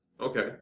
okay